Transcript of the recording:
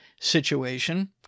situation